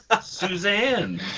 Suzanne